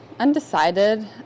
Undecided